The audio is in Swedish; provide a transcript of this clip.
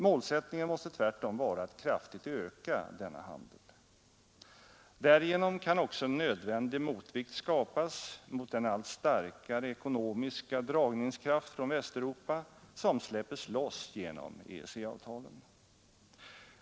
Målsättningen måste tvärtom vara att kraftigt öka denna handel. Därigenom kan också en nödvändig motvikt skapas mot den allt starkare ekonomiska dragningskraft från Västeuropa, som släppes loss genom EEC-avtalen.